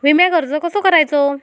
विम्याक अर्ज कसो करायचो?